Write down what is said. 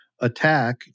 attack